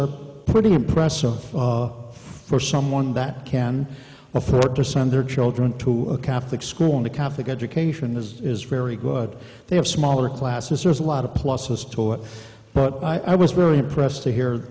are pretty impressive for someone that can afford to send their children to a catholic school and the catholic education is very good they have smaller classes there's a lot of pluses taught but i was very impressed to hear